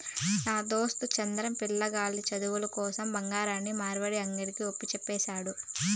నా దోస్తు చంద్రం, పిలగాల్ల సదువుల కోసరం బంగారాన్ని మార్వడీ అంగిల్ల ఒప్పజెప్పినాడు